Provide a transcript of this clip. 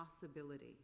possibility